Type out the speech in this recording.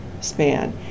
span